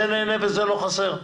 זה נהנה וזה לא חסר.